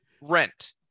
Rent